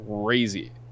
crazy